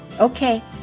Okay